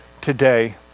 today